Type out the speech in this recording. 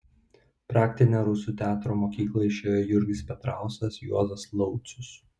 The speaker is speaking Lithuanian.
praktinę rusų teatro mokyklą išėjo jurgis petrauskas juozas laucius